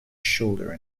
shoulder